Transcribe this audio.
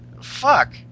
Fuck